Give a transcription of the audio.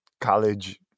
college